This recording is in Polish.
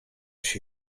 się